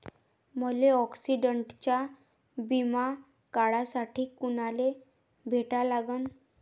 मले ॲक्सिडंटचा बिमा काढासाठी कुनाले भेटा लागन?